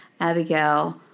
Abigail